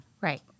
Right